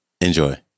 Enjoy